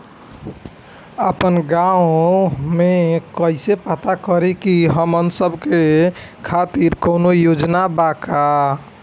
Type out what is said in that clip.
आपन गाँव म कइसे पता करि की हमन सब के खातिर कौनो योजना बा का?